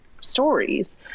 stories